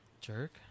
Jerk